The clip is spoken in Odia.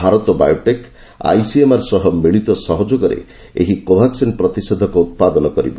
ଭାରତ ବାୟୋଟେକ୍' ଆଇସିଏମ୍ଆର୍ ସହ ମିଳିତ ଉଦ୍ୟୋଗରେ କୋଭାକ୍ସିନ୍ ପ୍ରତିଷେଧକ ଉତ୍ପାଦନ କରିବ